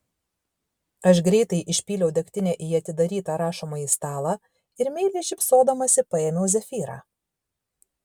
aš greitai išpyliau degtinę į atidarytą rašomąjį stalą ir meiliai šypsodamasi paėmiau zefyrą